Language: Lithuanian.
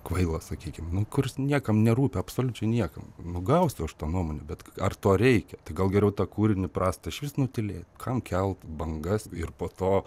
kvailas sakykim nu kuris niekam nerūpi absoliučiai niekam nu gausiu aš tą nuomonę bet ar to reikia tai gal geriau tą kūrinį prastą išvis nutylėt kam kelt bangas ir po to